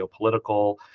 geopolitical